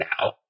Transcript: now